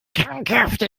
krankhafte